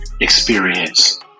experience